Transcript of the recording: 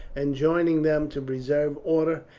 enjoining them to preserve order,